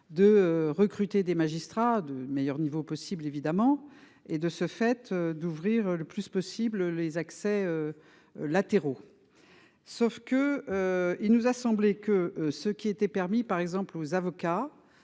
De recruter des magistrats de meilleur niveau possible évidemment. Et de ce fait d'ouvrir le plus possible les accès. Latéraux. Sauf que. Il nous a semblé que ce qui était permis par exemple aux avocats.